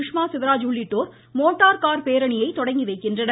சுஷ்மா ஸ்வராஜ் உள்ளிட்டோர் motor car பேரணியை தொடங்கி வைக்கின்றனர்